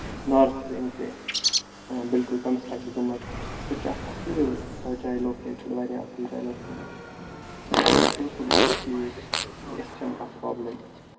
north wing تہِ بالکُل construct گٔمژ سۄ تہِ چھےٚ اکھ اَصٕل جایہِ لوکیٹڈ واریاہ اَصٕل جایہِ لوکیٹڈ فِلحال چھُ ٹھیٖک یِژھ چھےٚ نہٕ کانٛہہ برابلِم